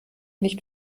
nicht